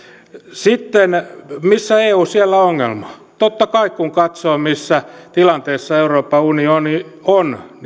sitten missä eu siellä ongelma totta kai kun katsoo missä tilanteessa euroopan unioni on